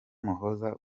muhoza